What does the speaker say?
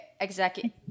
Executive